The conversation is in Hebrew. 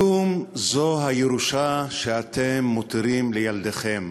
כלום זאת הירושה שאתם מותירים לילדיכם?